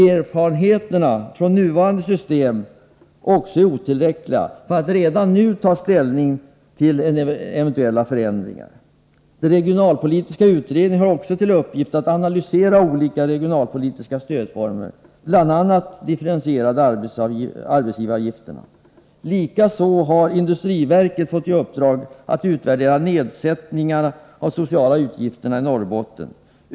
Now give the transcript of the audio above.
Erfarenheterna från nuvarande system är otillräckliga för att redan nu ta ställning till eventuella förändringar. Den regionalpolitiska utredningen har också till uppgift att analysera olika regionalpolitiska stödformer, bl.a. de differentierade arbetsgivaravgifterna. Likaså har industriverket fått uppdraget att utvärdera nedsättningarna av socialavgifterna i Norrbotten.